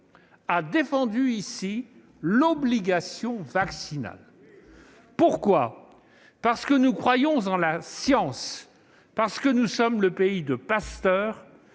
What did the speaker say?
à l'unanimité l'obligation vaccinale. Parce que nous croyons en la science, parce que nous sommes le pays de Pasteur